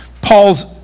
Paul's